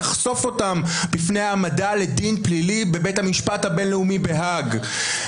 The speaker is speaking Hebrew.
יחשוף אותם בפני העמדה לדין פלילי בבית המשפט הבין-לאומי בהאג.